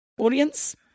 Audience